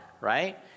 right